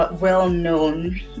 well-known